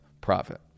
profit